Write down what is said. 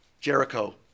Jericho